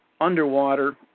underwater